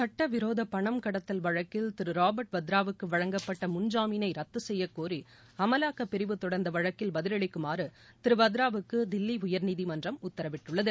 சட்ட விரோத பணம் கடத்தில் வழக்கில் திரு ராபாட் வத்ராவுக்கு வழங்கப்பட்ட முன் ஜாமீனை ரத்து செய்யக்கோரி அமலாக்க பிரிவு தொடர்ந்த வழக்கில் பதில் அளிக்குமாறு திரு வத்ராவுக்கு தில்லி உயர்நீதிமன்றம் உத்தரவிட்டுள்ளது